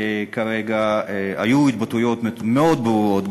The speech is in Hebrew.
כרגע היו התבטאויות מאוד ברורות,